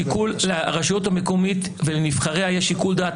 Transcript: לרשות המקומית ולנבחריה יש שיקול דעת